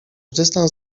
dystans